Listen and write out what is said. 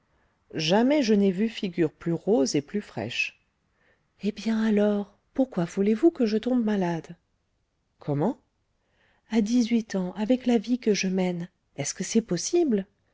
jamais je n'ai vu figure plus rose et plus fraîche eh bien alors pourquoi voulez-vous que je tombe malade comment à dix-huit ans avec la vie que je mène est-ce que c'est possible